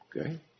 Okay